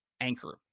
anchor